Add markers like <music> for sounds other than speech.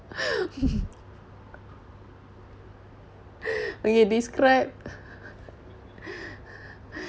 <laughs> <laughs> okay describe <laughs>